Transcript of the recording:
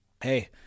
hey